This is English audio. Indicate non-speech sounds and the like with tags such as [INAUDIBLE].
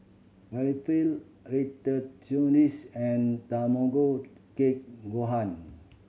Falafel [UNINTELLIGIBLE] and Tamago Kake Gohan